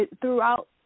throughout